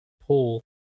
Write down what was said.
pull